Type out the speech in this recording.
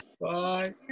bye